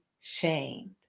shamed